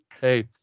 hey